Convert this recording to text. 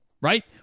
right